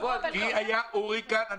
כי היה הוריקן.